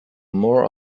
more